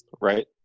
Right